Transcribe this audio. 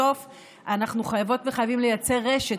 בסוף אנחנו חייבות וחייבים לייצר רשת,